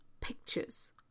pictures